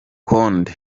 kode